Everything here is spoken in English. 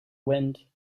wind